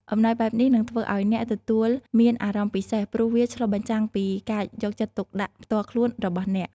អំណោយបែបនេះនឹងធ្វើឱ្យអ្នកទទួលមានអារម្មណ៍ពិសេស ព្រោះវាឆ្លុះបញ្ចាំងពីការយកចិត្តទុកដាក់ផ្ទាល់ខ្លួនរបស់អ្នក។